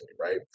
right